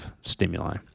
stimuli